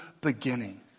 beginning